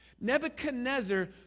Nebuchadnezzar